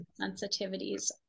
Sensitivities